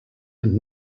and